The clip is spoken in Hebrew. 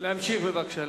להמשיך בבקשה.